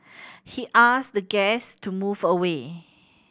he asked guest to move away